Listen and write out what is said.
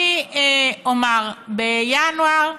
אני אומר: בינואר,